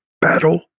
battle